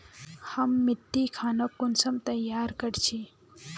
हम मिट्टी खानोक कुंसम तैयार कर छी?